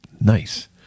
Nice